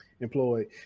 employed